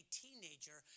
teenager